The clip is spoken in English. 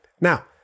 Now